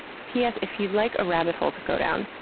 p s, if you'd like a rabbit hole to go down,